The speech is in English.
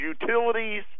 utilities